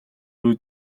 рүү